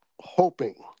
hoping